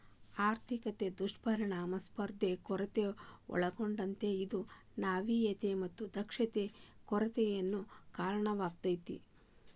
ಆರ್ಥಿಕತೆ ದುಷ್ಪರಿಣಾಮ ಸ್ಪರ್ಧೆಯ ಕೊರತೆ ಒಳಗೊಂಡತೇ ಇದು ನಾವಿನ್ಯತೆ ಮತ್ತ ದಕ್ಷತೆ ಕೊರತೆಗೆ ಕಾರಣಾಕ್ಕೆತಿ